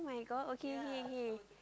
[oh]-my-god okay okay okay